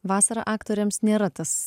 vasara aktoriams nėra tas